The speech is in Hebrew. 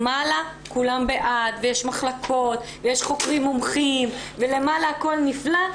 למעלה כולם בעד ויש מחלקות ויש חוקרים מומחים ולמעלה הכול נפלא.